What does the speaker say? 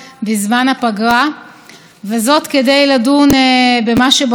המתקפה של שרת המשפטים איילת שקד על בג"ץ והסכנה לדמוקרטיה.